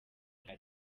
nta